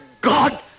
God